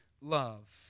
love